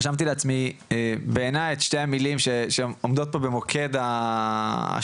רשמתי לעצמי בעיני את שני המילים שעומדות פה במוקד השינוי,